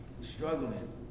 struggling